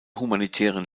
humanitären